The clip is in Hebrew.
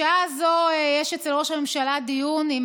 בשעה הזאת יש אצל ראש הממשלה דיון עם